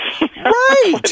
right